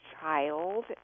child